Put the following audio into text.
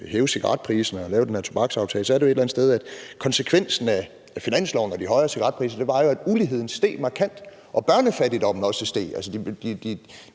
hæve cigaretpriserne og lave den her tobaksaftale, så er det et eller andet sted, fordi konsekvensen af finansloven og de højere cigaretpriser jo var, at uligheden steg markant, og at børnefattigdommen også steg,